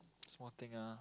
small thing ah